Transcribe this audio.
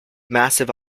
massive